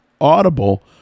audible